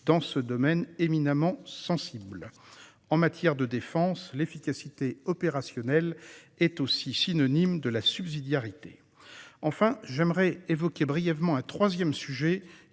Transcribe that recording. dans ce domaine éminemment sensible. En matière de défense, efficacité opérationnelle est synonyme de subsidiarité. Enfin, j'évoquerai brièvement un sujet